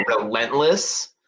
relentless